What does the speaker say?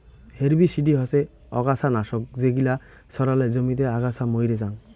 herbicide হসে অগাছা নাশক যেগিলা ছড়ালে জমিতে আগাছা মইরে জাং